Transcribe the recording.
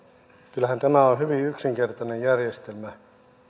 kyllähän tämä on hyvin yksinkertainen järjestelmä